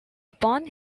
upon